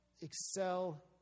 excel